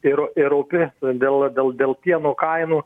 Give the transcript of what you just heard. ir ir opi dėl dėl dėl pieno kainų